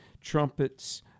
trumpets